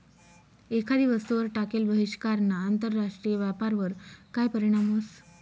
एखादी वस्तूवर टाकेल बहिष्कारना आंतरराष्ट्रीय व्यापारवर काय परीणाम व्हस?